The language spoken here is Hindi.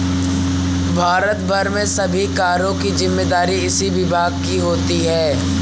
भारत भर में सभी करों की जिम्मेदारी इसी विभाग की होती है